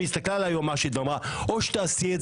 והסתכלה על היועמ"שית ואמרה: או שתעשי את